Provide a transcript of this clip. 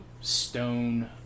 stone